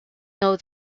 know